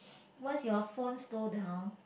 once your phone slow down